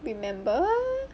remember